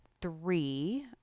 three